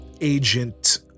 agent